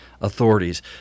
Authorities